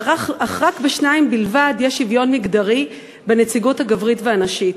אך בשניים בלבד יש שוויון מגדרי בנציגות הגברית והנשית.